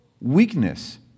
weakness